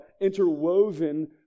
interwoven